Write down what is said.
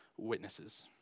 witnesses